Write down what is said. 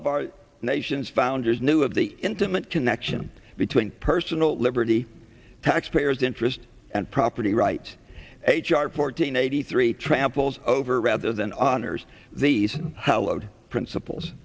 of our nation's founders knew of the intimate connection between personal liberty taxpayers interest and property right h r fourteen eighty three tramples over rather than honors these how load princip